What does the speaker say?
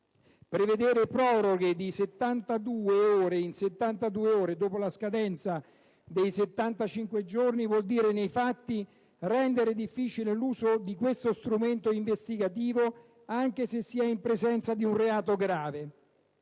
«Prevedere proroghe di 72 ore, dopo la scadenza dei 75 giorni, vuol dire nei fatti rendere difficile l'uso di questo strumento investigativo, anche se si è in presenza di un reato grave».